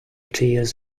tears